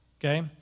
okay